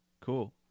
cool